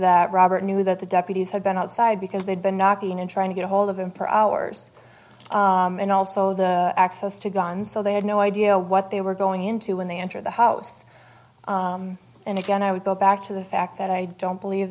that robert knew that the deputies had been outside because they'd been knocking and trying to get ahold of him for hours and also the access to guns so they had no idea what they were going into when they entered the house and again i would go back to the fact that i don't believe